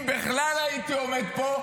אם בכלל הייתי עומד פה,